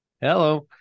Hello